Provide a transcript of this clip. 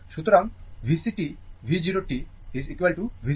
সুতরাং VCt V 0 t VCt থেকে 80 গুণ 40